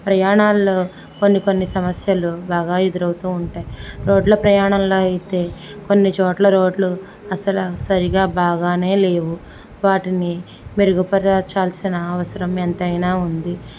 ప్రయాణాల్లో కొన్ని కొన్ని సమస్యలు బాగా ఎదురవుతూ ఉంటాయి రోడ్ల ప్రయాణాల్లో అయితే కొన్ని చోట్ల రోడ్లు అయితే అసలు బాగానే లేవు వాటిని మెరుగుపరచాల్సిన అవసరం ఎంతైనా ఉంది